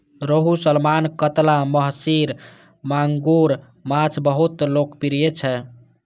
रोहू, सालमन, कतला, महसीर, मांगुर माछ बहुत लोकप्रिय छै